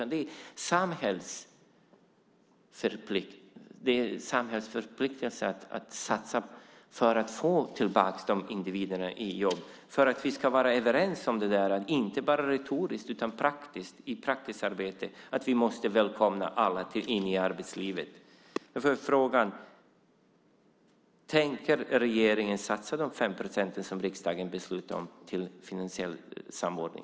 Det är en samhällsförpliktelse att satsa för att få tillbaka de individerna i jobb om vi ska vara överens om detta inte bara retoriskt utan också praktiskt och i praktiskt arbete. Vi måste välkomna alla in i arbetslivet. Därför är frågan: Tänker regeringen satsa de 5 procent som riksdagen beslutar om till finansiell samordning?